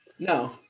No